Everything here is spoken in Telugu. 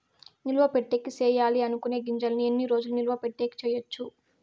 నిలువ పెట్టేకి సేయాలి అనుకునే గింజల్ని ఎన్ని రోజులు నిలువ పెట్టేకి చేయొచ్చు